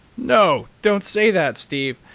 no, don't say that, steve.